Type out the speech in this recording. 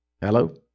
Hello